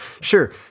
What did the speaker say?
sure